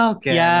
Okay